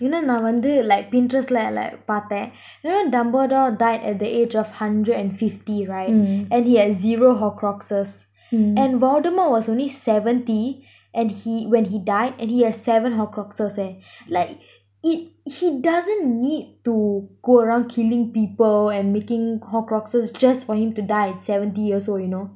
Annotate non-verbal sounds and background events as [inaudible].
நான் வந்து:naan vanthu like Pinterest like like பாத்தான்:paathan you know dumblebore died at the age of hundred and fifty right and he had zero horcruxes and voldemort was only seventy and he when he died and he had seven horcruxes eh [breath] like it he doesn't need to go around killing people and making horcruxes just for him to die at seventy years old you know